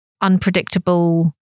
unpredictable